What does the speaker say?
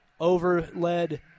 overled